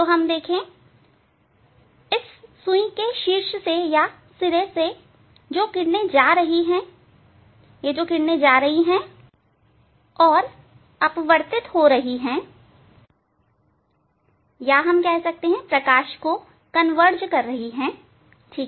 तो यह सुई के शीर्ष से किरणें जा रही हैं और अपवर्तित या प्रकाश को कनवर्ज कर रही हैं ठीक